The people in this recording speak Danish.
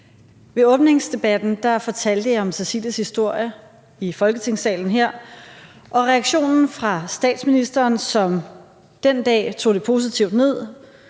Ved åbningsdebatten fortalte jeg om Cecilies historie her i Folketingssalen, og reaktionen fra statsministeren, som den dag tog det positivt ned,